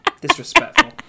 Disrespectful